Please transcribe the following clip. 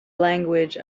language